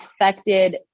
affected